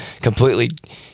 completely